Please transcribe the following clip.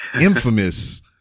Infamous